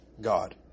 God